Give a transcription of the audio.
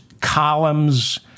columns